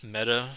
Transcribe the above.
Meta